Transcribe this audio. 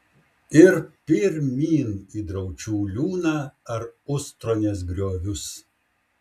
ir pirmyn į draučių liūną ar ustronės griovius